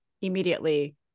immediately